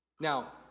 Now